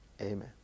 Amen